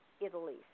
Italy